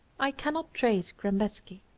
i cannot trace grembeki,